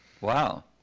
Wow